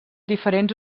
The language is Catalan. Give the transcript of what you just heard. diferents